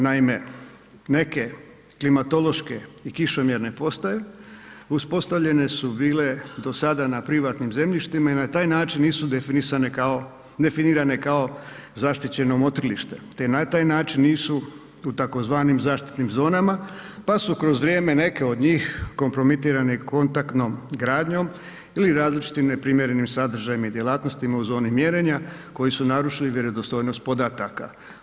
Naime neke klimatološke i kišomjerne postaje uspostavljene su bile do sada na privatnim zemljištima i na taj način nisu definirane kao zaštićeno motrilište te na taj način nisu u tzv. zaštitnim zonama pa su kroz vrijeme neke od njih kompromitirane kontaktom gradnjom ili različitim neprimjerenim sadržajima i djelatnostima u zoni mjerenja koji su narušili vjerodostojnost podataka.